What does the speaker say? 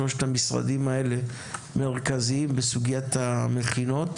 שלושת המשרדים האלה הם מרכזיים בסוגיית המכינות,